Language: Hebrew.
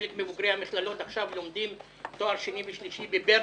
חלק מבוגרי המכללות לומדים עכשיו לתואר שני ושלישי בברקלי,